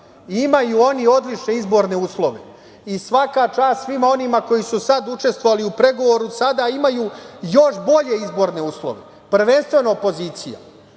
oni odlične izborne uslove i svaka čast svima onima koji su sad učestvovali u pregovoru, sada imaju još bolje izborne uslove, prvenstveno opozicija.